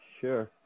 sure